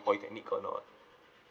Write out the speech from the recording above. polytechnic or not